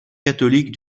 catholiques